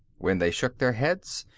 when they shook their heads,